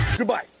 Goodbye